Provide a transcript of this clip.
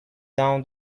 down